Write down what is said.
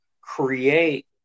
create